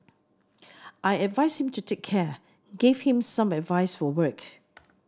I advised him to take care gave him some advice for work